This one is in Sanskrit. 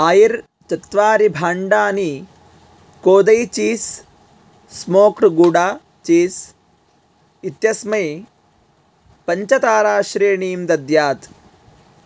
आयर् चत्वारिभाण्डनि कोदै चीस् स्मोक्ड् गूडा चीस् इत्यस्मै पञ्चताराश्रेणीं दद्यात्